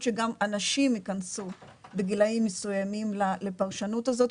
שגם הנשים יכנסו בגילאים מסוימים לפרשנות הזאת,